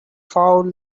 foul